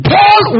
Paul